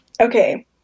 okay